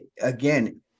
again